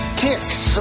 ticks